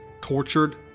tortured